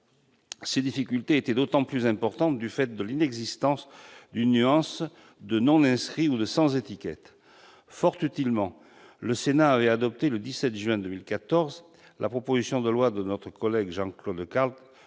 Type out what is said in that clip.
Ces difficultés étaient d'autant plus importantes du fait de l'inexistence d'une nuance « non inscrit » ou « sans étiquette ». Fort utilement, la Sénat avait adopté le 17 juin 2014 la proposition de loi de notre collègue Jean-Claude Carle